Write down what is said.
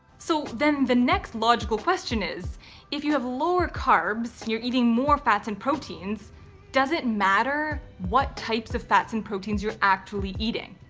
so then the next logical question is if you have lower carbs you're eating more fats and proteins does it matter what types of fats and proteins you're actually eating?